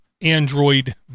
Android